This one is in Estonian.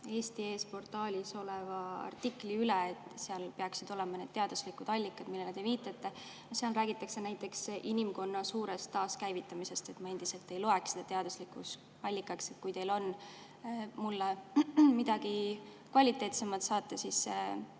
Eesti Eest! portaalis oleva artikli üle, kuna seal peaksid olema need teaduslikud allikad, millele te viitate. Seal räägitakse näiteks inimkonna suurest taaskäivitamisest. Ma endiselt ei loeks seda teaduslikuks allikaks. Kui teil on mulle midagi kvaliteetsemat saata, siis